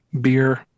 beer